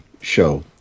show